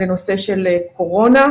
לנושא של קורונה.